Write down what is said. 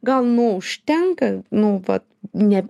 gal nu užtenka nu vat ne